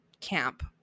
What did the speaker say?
camp